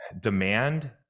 Demand